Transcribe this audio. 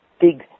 big